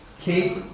keep